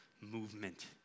movement